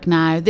now